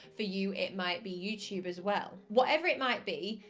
for you it might be youtube as well. whatever it might be,